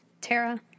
Tara